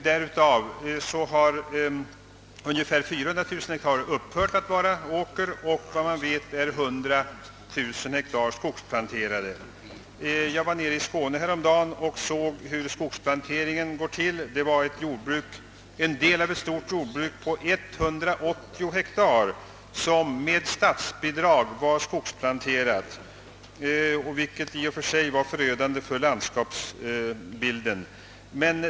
Därav har ungefär 400 000 hektar upphört att vara åker och av vad man vet är 100 000 hektar skogsplanterade. Jag var i Skåne häromdagen och såg hur denna skogsplantering kan gå till. Det var en del av ett stort jordbruk där 180 hektar med stöd av statsbidrag var planterade med skog, vilket i och för sig var förödande för landskapsbilden.